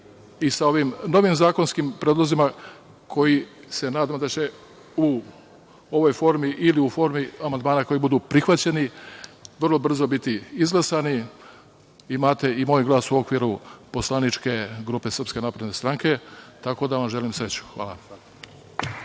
i sa ovim novim zakonskim predlozima koji se nadam, da će u ovoj formi ili u formi amandmana koji budu prihvaćeni, vrlo biti izglasani. Imate i moj glas u okviru poslaničke grupe SNS, tako da vam želim sreću. Hvala.